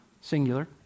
singular